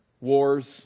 Wars